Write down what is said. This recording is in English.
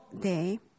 day